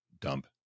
dump